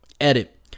edit